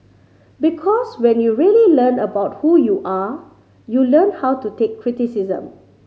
because when you really learn about who you are you learn how to take criticism